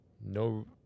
no